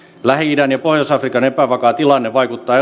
lähi idän ja pohjois afrikan epävakaa tilanne vaikuttaa